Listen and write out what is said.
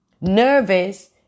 nervous